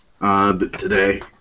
today